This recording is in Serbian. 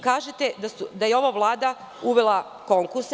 Kažete da je ova vlada uvela konkurse.